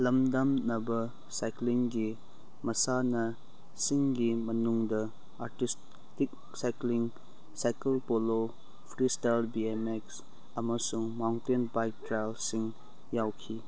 ꯂꯝꯗꯟꯅꯕ ꯁꯥꯏꯀ꯭ꯂꯤꯡꯒꯤ ꯃꯁꯥꯟꯅꯁꯤꯡꯒꯤ ꯃꯅꯨꯡꯗ artistic cycling cycle polo freestyle B M X ꯑꯃꯁꯨꯡ ꯃꯥꯎꯟꯇꯦꯟ ꯕꯥꯏꯛ ꯇ꯭ꯔꯥꯏꯌꯦꯜꯁꯤꯡ ꯌꯥꯎꯈꯤ